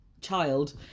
child